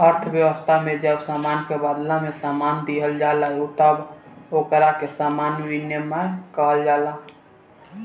अर्थव्यवस्था में जब सामान के बादला में सामान दीहल जाला तब ओकरा के सामान विनिमय कहल जाला